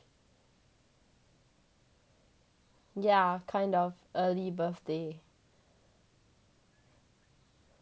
yeah kind of early birthday